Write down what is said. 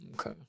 Okay